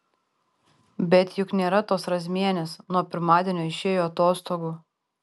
bet juk nėra tos razmienės nuo pirmadienio išėjo atostogų